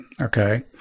okay